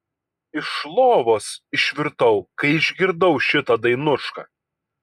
iš lovos išvirtau kai išgirdau šitą dainušką